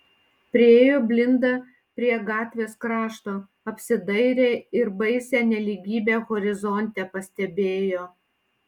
priėjo blinda prie gatvės krašto apsidairė ir baisią nelygybę horizonte pastebėjo